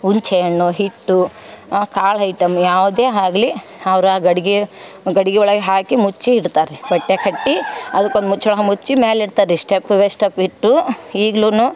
ಹುಂಚೆ ಹಣ್ಣು ಹಿಟ್ಟು ಕಾಳು ಐಟಮ್ ಯಾವುದೇ ಆಗ್ಲಿ ಅವರು ಆ ಗಡಿಗೆ ಗಡಿಗೆಯೊಳಗೆ ಹಾಕಿ ಮುಚ್ಚಿ ಇಡ್ತಾರೆ ರೀ ಬಟ್ಟೆ ಕಟ್ಟಿ ಅದಕೊಂದು ಮುಚ್ಚಳ ಮುಚ್ಚಿ ಮೇಲೆ ಇಡ್ತಾರೀ ಸ್ಟೆಪ್ ಬೈ ಸ್ಟೆಪ್ ಇಟ್ಟು ಈಗ್ಲು